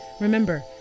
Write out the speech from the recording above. Remember